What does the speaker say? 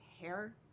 hair